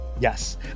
Yes